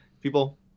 people